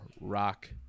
rock